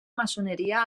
maçoneria